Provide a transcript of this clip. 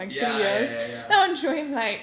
ya ya ya ya